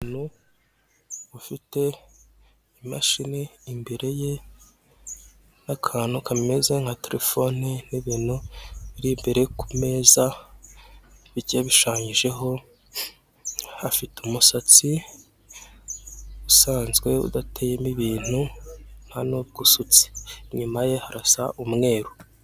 Umuntu ufite imashini imbere ye n'akantu kameze nka telefone n'bintu biri imbere ku meza, bigiye bishushanyijeho afite umusatsi usanzwe udateyemo ibintu ntanubwo usutse. Inyuma ye harasa umweru.